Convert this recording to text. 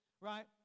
right